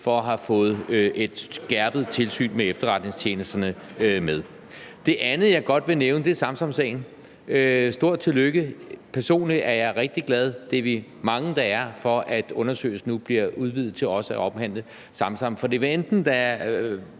for at have fået et skærpet tilsyn med efterretningstjenesterne med. Det andet, jeg godt vil nævne, er Samsamsagen. Stort tillykke. Personligt er jeg rigtig glad for – det er vi mange der er – at undersøgelsen nu bliver udvidet til også at omhandle Samsam.